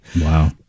Wow